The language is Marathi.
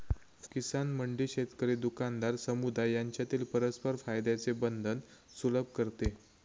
किसान मंडी शेतकरी, दुकानदार, समुदाय यांच्यातील परस्पर फायद्याचे बंधन सुलभ करते